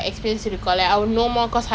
!huh! why கொடுக்கலே:kodukale